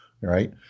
right